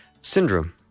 syndrome